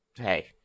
Hey